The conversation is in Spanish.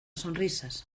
sonrisas